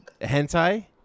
hentai